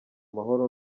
mahoro